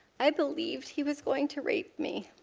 i believed he was going to write me.